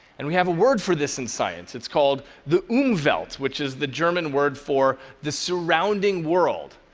and we have a word for this in science. it's called the umwelt, which is the german word for the surrounding world.